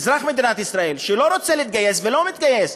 אזרח מדינת ישראל שלא רוצה להתגייס ולא מתגייס,